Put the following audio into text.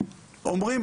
אומרים,